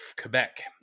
Quebec